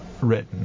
written